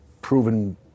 proven